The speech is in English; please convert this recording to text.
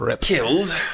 killed